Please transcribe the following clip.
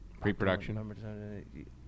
Pre-production